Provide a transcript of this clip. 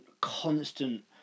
constant